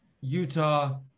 Utah